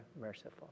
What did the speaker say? merciful